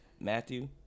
Matthew